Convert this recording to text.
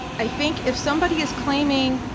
i think if somebody is claiming,